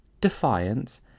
defiance